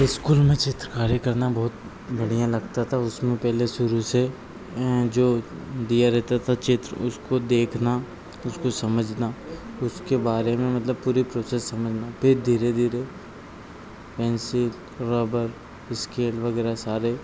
school में चित्रकारी करना बहुत बढ़िया लगता था उसमें पहले शुरू से जो ऊ दिया रहता था चित्र उसको देखना उसको समझना उसके बारे में मतलब पूरी प्रोसेस समझना फिर धीरे धीरे पेन्सिल रबर इस्केल वगैरह सारे